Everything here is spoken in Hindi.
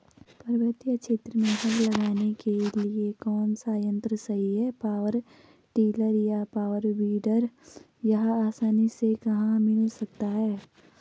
पर्वतीय क्षेत्रों में हल लगाने के लिए कौन सा यन्त्र सही है पावर टिलर या पावर वीडर यह आसानी से कहाँ मिल सकता है?